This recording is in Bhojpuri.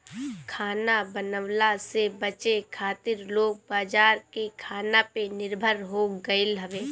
खाना बनवला से बचे खातिर लोग बाजार के खाना पे निर्भर हो गईल हवे